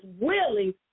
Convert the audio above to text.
willing